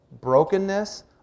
brokenness